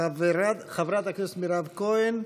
חברת הכנסת מירב כהן,